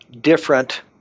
different